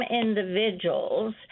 individuals